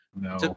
no